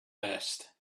best